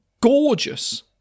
gorgeous